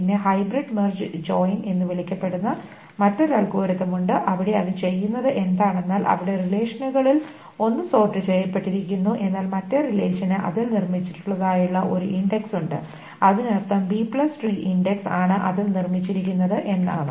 പിന്നെ hybrid merge join എന്ന് വിളിക്കപ്പെടുന്ന മറ്റൊരു അൽഗോരിതം ഉണ്ട് അവിടെ അത് ചെയ്യുന്നത് എന്താണെന്നാൽ അവിടെ റിലേഷനുകളിൽ ഒന്ന് സോർട് ചെയ്യപ്പെട്ടിരിക്കുന്നു എന്നാൽ മറ്റേ റിലേഷന് അതിൽ നിർമ്മിച്ചതായിട്ടുള്ള ഒരു ഇൻഡക്സ് ഉണ്ട് അതിനർത്ഥം B tree index B tree Index ആണ് അതിൽ നിർമ്മിച്ചിരിക്കുന്നത് എന്നാണ്